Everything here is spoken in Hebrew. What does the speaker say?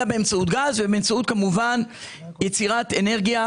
אלא באמצעות גז ויצירת אנרגיה